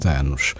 anos